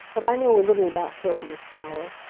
but i know a little about sylvanus power.